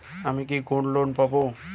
আমি কি gold loan পাবো?